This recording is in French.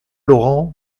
laurent